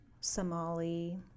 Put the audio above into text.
Somali